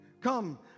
Come